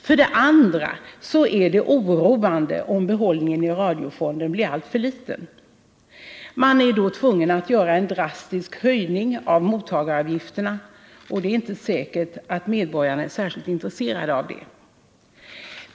För det andra är det oroande om behållningen i radiofonden blir alltför liten. Man är då tvungen att göra en drastisk höjning av mottagaravgifterna, och det är inte säkert att medborgarna är särskilt intresserade av det.